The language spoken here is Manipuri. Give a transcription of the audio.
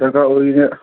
ꯗꯔꯀꯥꯔ ꯑꯣꯏꯔꯤꯅꯦ